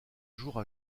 jour